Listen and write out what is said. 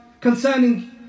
concerning